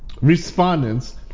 respondents